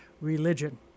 religion